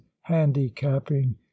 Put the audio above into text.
handicapping